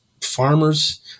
farmer's